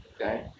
Okay